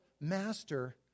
master